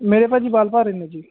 ਮੇਰੇ ਭਾਅ ਜੀ ਵਾਲ ਭਾਰੇ ਨੇ ਜੀ